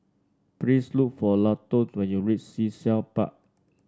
please look for Lawton when you reach Sea Shell Park